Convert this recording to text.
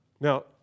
Now